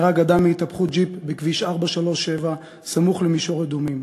נהרג אדם בהתהפכות ג'יפ בכביש 437 סמוך למישור אדומים,